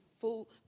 full